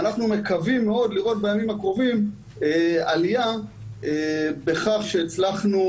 אנחנו מקווים מאוד לראות בימים הקרובים עלייה בכך שהצלחנו